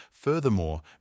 Furthermore